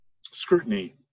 scrutiny